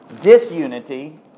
disunity